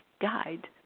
guide